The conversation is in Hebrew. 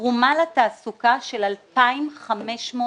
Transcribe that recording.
תרומה לתעסוקה 2500 משרות,